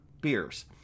beers